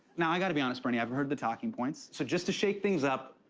now, i gotta be honest bernie. i've heard the talking points. so, just to shake things up,